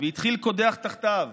והתחיל קודח תחתיו.